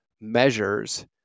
measures